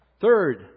Third